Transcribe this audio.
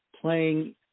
playing